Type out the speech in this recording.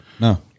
no